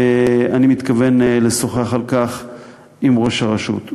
ואני מתכוון לשוחח על כך עם ראש הרשות.